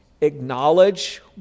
acknowledge